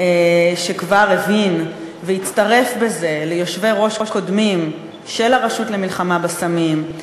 שכבר הבין והצטרף בזה ליושבי-ראש קודמים של הרשות למלחמה בסמים,